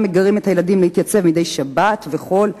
מגרים את הילדים להתייצב מדי שבת וחול בקן,